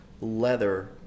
leather